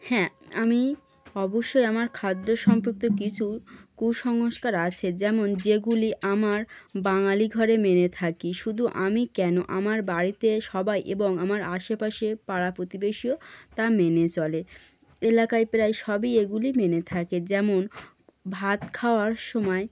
হ্যাঁ আমি অবশ্যই আমার খাদ্য সম্পর্কে কিছু কুসংস্কার আছে যেমন যেগুলি আমার বাঙালি ঘরে মেনে থাকি শুধু আমি কেন আমার বাড়িতে সবাই এবং আমার আশেপাশে পাড়া প্রতিবেশিও তা মেনে চলে এলাকায় প্রায় সবই এগুলি মেনে থাকে যেমন ভাত খাওয়ার সময়